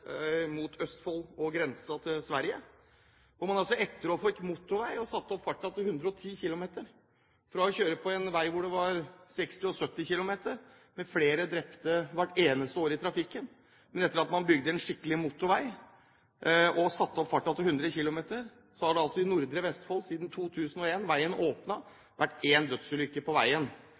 mot Østfold og grensen til Sverige, hvor man etter at man fikk motorvei, har satt opp farten til 110 km/t, fra 60 og 70 km/t med flere drepte i trafikken hvert eneste år. Etter at man bygde en skikkelig motorvei og satte opp farten til 100 km/t, har det i nordre Vestfold siden 2001, da veien åpnet, vært én dødsulykke på veien.